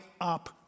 up